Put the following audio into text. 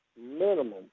Minimum